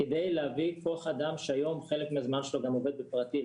כדי להביא את כוח האדם שהיום חלק מהזמן שלו גם עובד בפרטי,